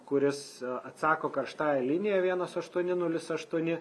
kuris atsako karštąja linija vienas aštuoni nulis aštuoni